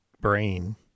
brain